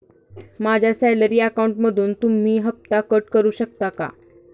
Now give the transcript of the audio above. माझ्या सॅलरी अकाउंटमधून तुम्ही हफ्ता कट करू शकता का?